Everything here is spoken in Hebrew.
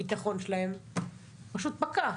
הביטחון שלהם פשוט פקע.